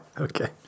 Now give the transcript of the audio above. Okay